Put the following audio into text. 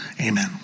amen